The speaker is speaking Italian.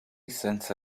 senza